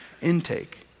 intake